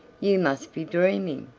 you must be dreaming.